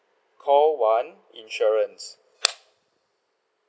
call one insurance